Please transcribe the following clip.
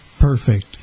Perfect